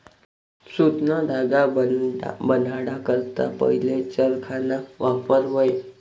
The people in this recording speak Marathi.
सुतना धागा बनाडा करता पहिले चरखाना वापर व्हये